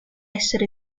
essere